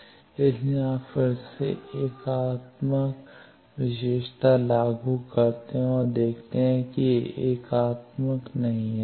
इसलिए आप फिर से एकात्मक विशेषता लागू करते हैं और देखते हैं कि यह एकात्मक नहीं है